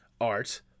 Art